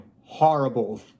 horrible